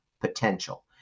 potential